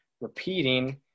repeating